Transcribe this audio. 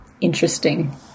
interesting